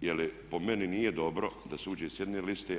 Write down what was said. jer po meni nije dobro da se uđe s jedne liste,